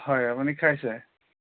হয় আপুনি খাইছে